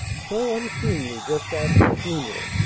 so unseemly just after a funeral!